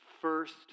first